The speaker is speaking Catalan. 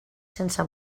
sense